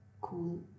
cool